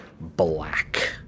black